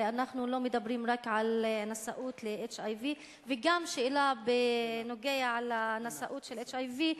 הרי אנחנו לא מדברים רק על נשאות של HIV. וגם שאלה בנוגע לנשאות של HIV,